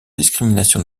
discrimination